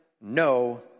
No